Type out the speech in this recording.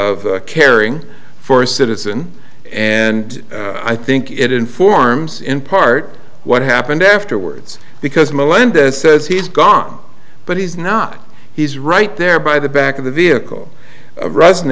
of caring for a citizen and i think it informs in part what happened afterwards because melendez says he's gone but he's not he's right there by the back of the vehicle res